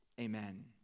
Amen